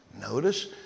notice